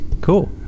Cool